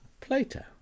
Plato